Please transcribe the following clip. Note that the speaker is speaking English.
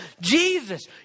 Jesus